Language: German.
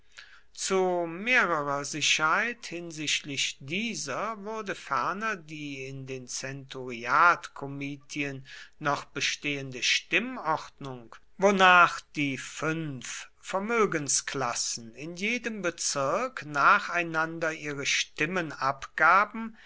zu mehrerer sicherheit hinsichtlich dieser wurde ferner die in den zenturiatkomitien noch bestehende stimmordnung wonach die fünf vermögensklassen in jedem bezirk nacheinander ihre